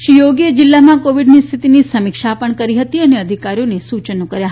શ્રી યોગીએ જિલ્લામાં કોવિડની સ્થિતિની સમીક્ષા પણ કરી અને અધિકારીઓને સૂચનો કર્યા